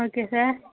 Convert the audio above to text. okay sir